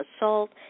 assault